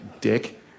Dick